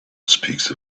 speaks